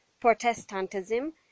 Protestantism